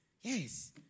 Yes